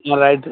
ஆ right